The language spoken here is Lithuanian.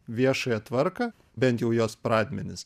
viešąją tvarką bent jau jos pradmenis